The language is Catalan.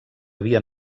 havia